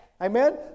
Amen